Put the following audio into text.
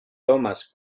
thomas